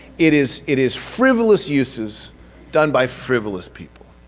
it is it is frivolous uses done by frivolous people.